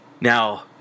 Now